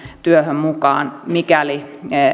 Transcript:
työhön mukaan mikäli